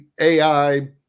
AI